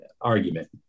argument